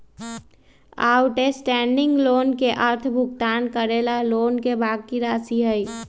outstanding loan के अर्थ भुगतान करे ला लोन के बाकि राशि हई